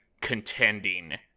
contending